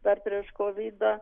dar prieš kovidą